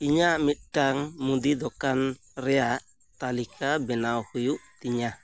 ᱤᱧᱟᱹᱜ ᱢᱤᱫᱴᱟᱱ ᱢᱩᱫᱤ ᱫᱳᱠᱟᱱ ᱨᱮᱭᱟᱜ ᱛᱟᱹᱞᱤᱠᱟ ᱵᱮᱱᱟᱣ ᱦᱩᱭᱩᱜ ᱛᱤᱧᱟᱹ